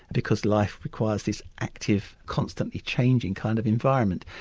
because life requires this active, constantly changing kind of environment.